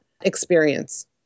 experience